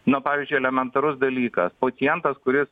na pavyzdžiui elementarus dalykas pacientas kuris